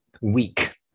weak